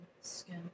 skin